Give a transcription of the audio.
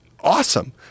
awesome